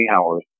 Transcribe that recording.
hours